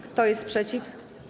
Kto jest przeciw?